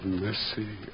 mercy